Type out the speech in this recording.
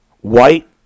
white